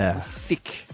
Thick